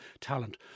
talent